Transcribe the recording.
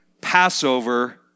Passover